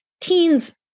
teens